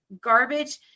garbage